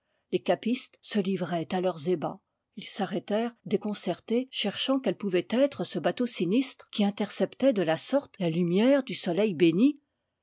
les capistes se livraient à leurs ébats ils s'arrêtèrent déconcertés cher chant quel pouvait être ce bateau sinistre qui interceptait de la sorte la lumière du soleil béni